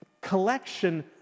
collection